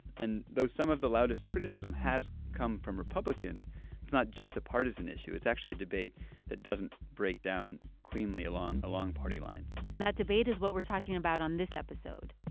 and though some of the loudest criticism has come from republicans, it's not just a partisan issue. it's actually a debate that doesn't break down cleanly along along party lines and that debate is what we're talking about on this episode